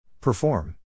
Perform